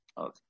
Okay